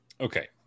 okay